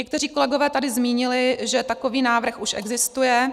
Někteří kolegové tady zmínili, že takový návrh už existuje.